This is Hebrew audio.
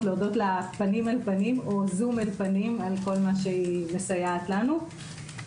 להודות לה על כל מה שהיא מסייעת לנו.